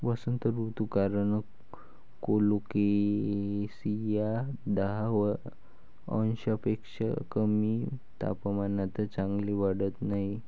वसंत ऋतू कारण कोलोकेसिया दहा अंशांपेक्षा कमी तापमानात चांगले वाढत नाही